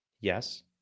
Yes